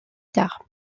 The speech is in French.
tard